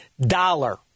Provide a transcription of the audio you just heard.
dollar